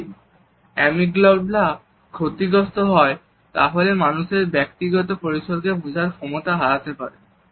যদি অ্যামিগডালা ক্ষতিগ্রস্ত হয় তাহলে মানুষ ব্যক্তিগত পরিসরকে বোঝার ক্ষমতা হারাতে পারে